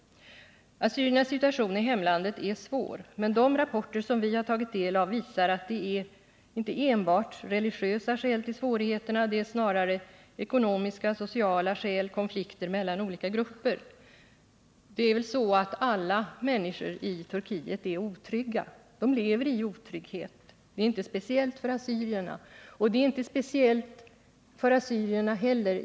AsSssyriernas situation i hemlandet är svår, men de rapporter som vi har tagit del av visar att det inte är enbart religiösa skäl till svårigheterna. Det är snarare ekonomiska och sociala skäl och konflikter mellan olika grupper. Alla människor i Turkiet lever i otrygghet — det är inte något speciellt för assyrierna.